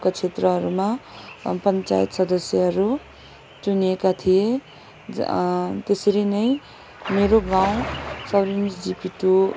को क्षेत्रहरूमा पञ्चायत सदस्यहरू चुनिएका थिए त्यसरी नै मेरो गाउँ सैरेनी जिपी टू